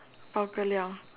bao ka liao